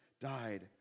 died